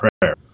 prayer